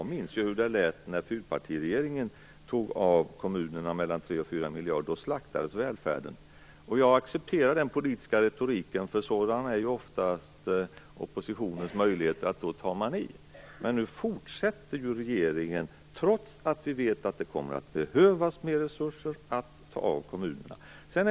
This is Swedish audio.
Jag minns hur det lät när fyrpartiregeringen tog av kommunerna mellan 3 och 4 miljarder. Då slaktades välfärden. Jag accepterar den politiska retoriken, för oftast tar oppositionen i. Men nu fortsätter regeringen, trots att vi vet att mer resurser kommer att behöva tas ifrån kommunerna.